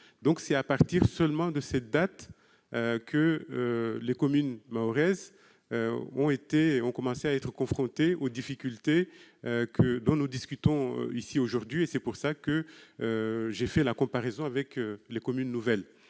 donc seulement à partir de cette date que les communes mahoraises ont commencé à être confrontées aux difficultés dont nous discutons aujourd'hui. Voilà pourquoi j'ai établi une comparaison avec les communes nouvelles.